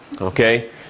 Okay